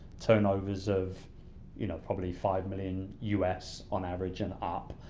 turnovers of you know probably five million us on average and up.